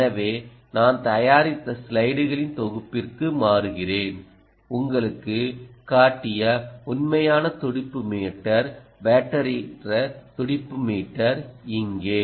எனவே நான் தயாரித்த ஸ்லைடுகளின் தொகுப்பிற்கு மாறுகிறேன் உங்களுக்குக் காட்டிய உண்மையான துடிப்பு மீட்டர் பேட்டரியற்ற துடிப்பு மீட்டர் இங்கே